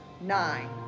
nine